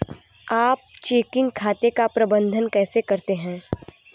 आप चेकिंग खाते का प्रबंधन कैसे करते हैं?